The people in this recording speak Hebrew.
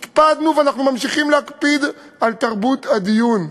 הקפדנו ואנחנו ממשיכים להקפיד על תרבות הדיון,